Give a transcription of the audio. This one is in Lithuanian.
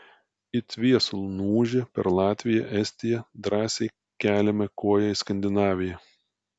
it viesulu nuūžę per latviją estiją drąsiai keliame koją į skandinaviją